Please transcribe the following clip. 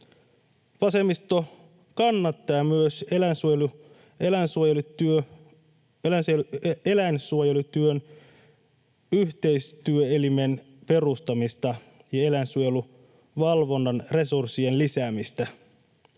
Vasemmisto kannattaa myös eläinsuojelutyön yhteistyöelimen perustamista ja eläinsuojeluvalvonnan resurssien lisäämistä.